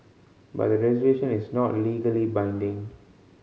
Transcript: but the resolution is not legally binding